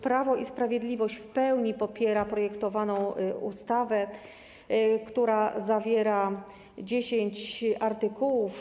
Prawo i Sprawiedliwość w pełni popiera projektowaną ustawę, która zawiera dziesięć artykułów.